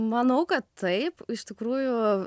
manau kad taip iš tikrųjų